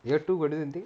year two got do anything